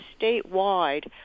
statewide